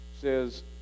says